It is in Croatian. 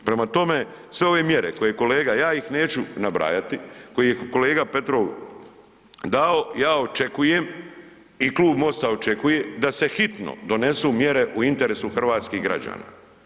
Prema tome, sve ove mjere koje kolega, ja ih neću nabrajati, koje je kolega Petrov dao ja očekujem i Klub MOST-a očekuje da se hitno donesu mjere u interesu hrvatskih građana.